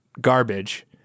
garbage